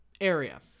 area